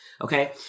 Okay